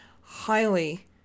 highly